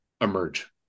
emerge